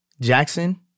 Jackson